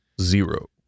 Zero